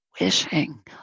wishing